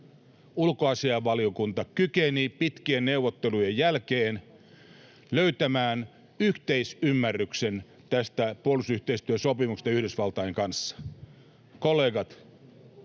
ulkoasiainvaliokunta kykeni pitkien neuvottelujen jälkeen löytämään yhteisymmärryksen tästä puolustusyhteistyösopimuksesta Yhdysvaltain kanssa.